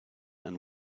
and